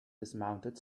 dismounted